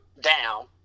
down